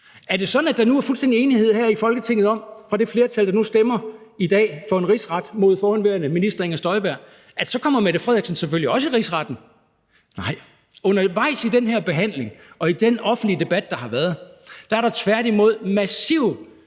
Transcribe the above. Er det sådan, at der nu er fuldstændig enighed her i Folketinget om – fra det flertals side, der nu i dag stemmer for en rigsret mod forhenværende minister Inger Støjberg – at Mette Frederiksen så selvfølgelig også kommer i Rigsretten? Nej, undervejs i den her behandling og i den offentlige debat, der har været, har der tværtimod været